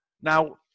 Now